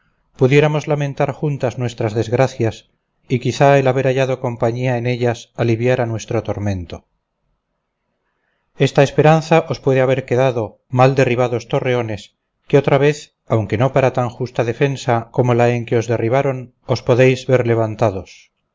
pudiéramos lamentar juntas nuestras desgracias y quizá el haber hallado compañía en ellas aliviara nuestro tormento esta esperanza os puede haber quedado mal derribados torreones que otra vez aunque no para tan justa defensa como la en que os derribaron os podéis ver levantados